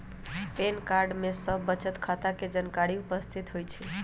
pan card में सभ बचत खता के जानकारी उपस्थित होइ छइ